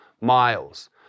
miles